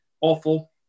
awful